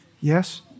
Yes